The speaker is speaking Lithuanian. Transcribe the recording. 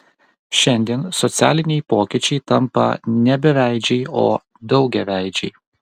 šiandien socialiniai pokyčiai tampa ne beveidžiai o daugiaveidžiai